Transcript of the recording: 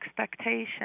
expectation